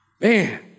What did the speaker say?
Man